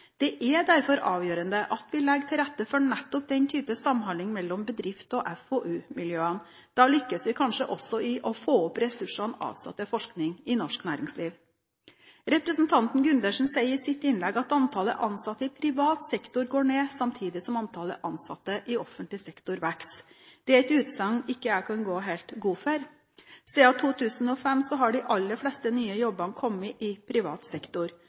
Det er derfor avgjørende at vi legger til rette for nettopp den typen samhandling mellom bedrifter og FoU-miljøene. Da lykkes vi kanskje også i å få opp ressursene avsatt til forskning i norsk næringsliv. Representanten Gundersen sier i sitt innlegg at antallet ansatte i privat sektor går ned, samtidig som antallet ansatte i offentlig sektor vokser. Det er et utsagn jeg ikke kan gå god for. Siden 2005 har de aller fleste nye jobbene kommet i privat sektor, men vi har hatt en nødvendig vekst i offentlig sektor